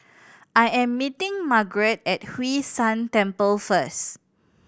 I am meeting Margaret at Hwee San Temple first